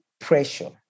Pressure